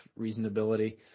reasonability